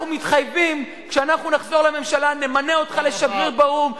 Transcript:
אנחנו מתחייבים שכשאנחנו נחזור לממשלה נמנה אותך לשגריר באו"ם,